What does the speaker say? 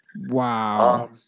Wow